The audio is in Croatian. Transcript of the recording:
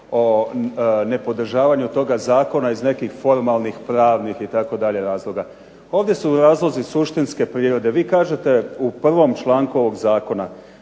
o nepodržavanju toga zakona iz nekih formalnih, pravnih itd. razloga, ovdje su razlozi suštinske prirode. Vi kažete u 1. članku ovog zakona